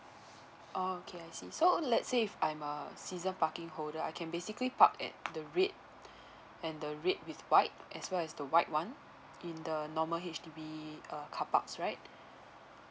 orh okay I see so let's say if I'm a season parking holder I can basically park at the red and the red with white as well as the white one in the normal H_D_B uh carparks right